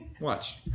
Watch